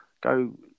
Go